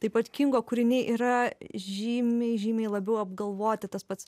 taip pat kingo kūriniai yra žymiai žymiai labiau apgalvoti tas pats